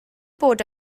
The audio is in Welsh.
bod